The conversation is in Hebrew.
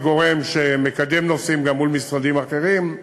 גורם שמקדם נושאים גם מול משרדים אחרים,